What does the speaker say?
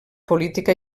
política